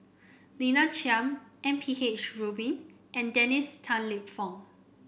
Lina Chiam M P H Rubin and Dennis Tan Lip Fong